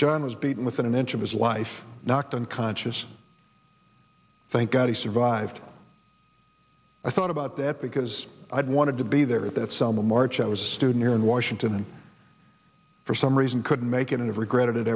john was beaten within an inch of his life knocked unconscious thank god he survived i thought about that because i had wanted to be there at that summit march i was student here in washington and for some reason couldn't make it and regretted it